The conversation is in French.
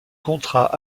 contrat